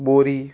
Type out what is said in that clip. बोरी